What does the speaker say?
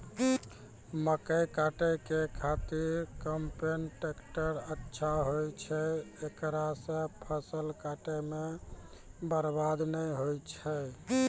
मकई काटै के खातिर कम्पेन टेकटर अच्छा होय छै ऐकरा से फसल काटै मे बरवाद नैय होय छै?